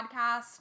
podcast